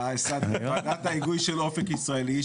ההגוי של אופק ישראלי,